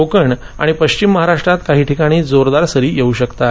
कोकण आणि पश्विम महाराष्ट्रात काही ठिकाणी जोरदार सरी येऊ शकतात